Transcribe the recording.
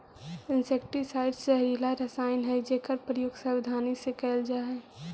insecticides जहरीला रसायन हई जेकर प्रयोग सावधानी से कैल जा हई